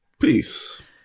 Peace